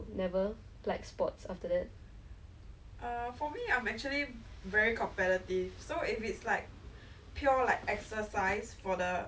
like like a sporty person cause you know you always see those like sporty people then you think !wow! so cool eh like I I guess that's how I view my friends lor